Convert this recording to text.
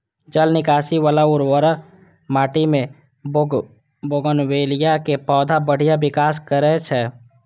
जल निकासी बला उर्वर माटि मे बोगनवेलिया के पौधा बढ़िया विकास करै छै